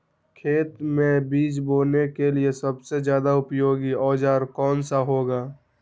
खेत मै बीज बोने के लिए सबसे ज्यादा उपयोगी औजार कौन सा होगा?